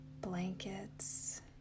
blankets